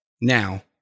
Now